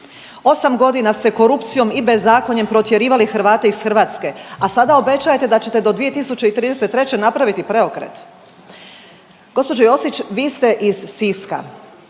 8 godina ste korupcijom i bezakonjem protjerivali Hrvate iz Hrvatske, a sada obečajete da ćete do 2033. napraviti preokret. Gospođo Josić vi ste iz Siska